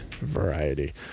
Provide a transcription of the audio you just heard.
variety